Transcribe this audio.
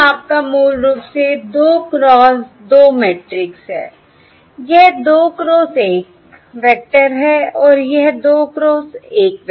यह आपका मूल रूप से 2 क्रॉस 2 मैट्रिक्स है यह 2 क्रॉस 1 वेक्टर है और यह 2 क्रॉस 1 वेक्टर है